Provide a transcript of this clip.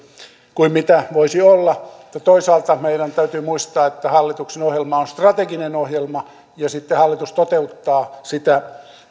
kuin mitä voisi olla mutta toisaalta meidän täytyy muistaa että hallituksen ohjelma on strateginen ohjelma ja sitten hallitus toteuttaa sitä